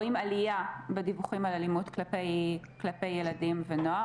רואים עלייה בדיווחים על אלימות כלפי ילדים ונוער,